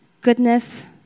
goodness